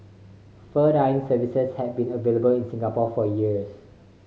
fur dyeing services have been available in Singapore for years